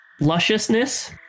lusciousness